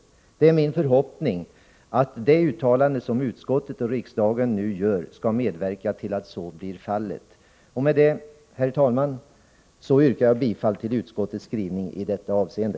Det är min förhoppning att det uttalande som utskottet och riksdagen nu gör skall medverka till att så blir fallet. Med detta, herr talman, yrkar jag bifall till utskottets skrivning i detta avseende.